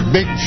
Big